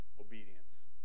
obedience